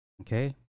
Okay